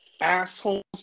Assholes